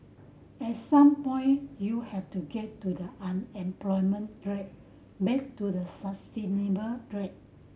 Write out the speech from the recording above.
at some point you have to get to the unemployment rate back to the sustainable rate